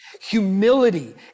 Humility